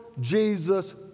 Jesus